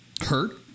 hurt